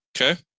Okay